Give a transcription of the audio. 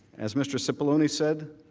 as mr. cipollone said,